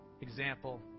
example